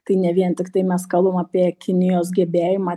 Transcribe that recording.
tai ne vien tiktai mes kalbam apie kinijos gebėjimą